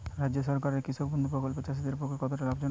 রাজ্য সরকারের কৃষক বন্ধু প্রকল্প চাষীদের পক্ষে কতটা লাভজনক?